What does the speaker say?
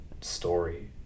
story